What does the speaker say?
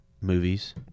movies